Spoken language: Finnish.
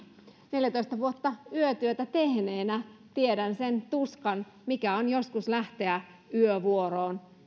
neljätoista vuotta yötyötä tehneenä tiedän sen tuskan mikä on joskus lähtiessä yövuoroon